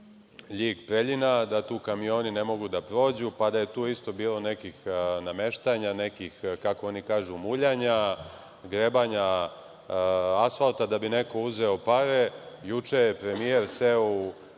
LJig-Preljina, da tu kamioni ne mogu da prođu, pa da je tu isto bilo nekih nameštanja, nekih, kako oni kažu, muljanja, grebanja asfalta, da bi neko uzeo pare. Juče je premijer seo u